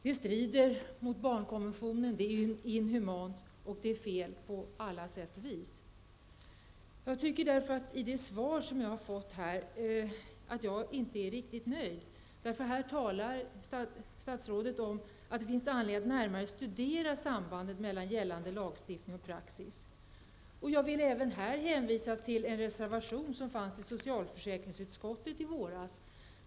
Det strider mot barnkonventionen. Det är inhumant och fel på alla vis. Därför är jag inte riktigt nöjd med det svar som jag har fått. Här talar statsrådet om att det finns anledning att närmare studera sambandet mellan gällande lagstiftning och praxis. Jag vill även här hänvisa till en reservation som fanns i socialförsäkringsutskottet i våras.